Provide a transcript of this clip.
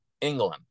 England